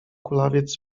kulawiec